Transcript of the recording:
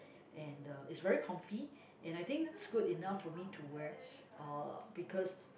and uh it's very comfy and I think that's good enough for me to wear uh because